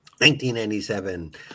1997